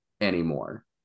anymore